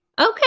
Okay